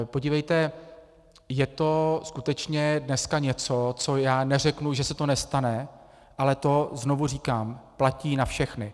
Podívejte, je to skutečně dneska něco, co já neřeknu, že se to nestane, ale znovu říkám, že to platí na všechny.